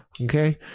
Okay